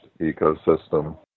ecosystem